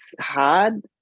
hard